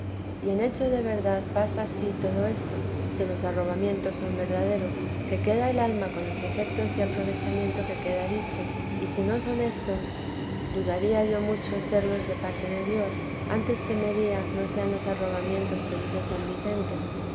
y en hecho de verdad pasa ansí todo esto si los arrobamientos son verdaderos que queda el alma con los efetos y aprovechamiento que queda dicho y si no son éstos dudaría yo mucho serlos de parte de dios antes temería no sean los arrobamientos que dice san vicente